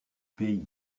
pays